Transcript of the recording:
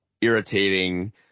irritating